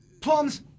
Plums